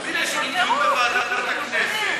במקביל יש דיון בוועדת הכנסת,